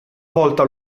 volta